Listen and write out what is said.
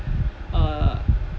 uh